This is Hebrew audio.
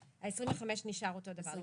ה-25,000 נשאר אותו דבר.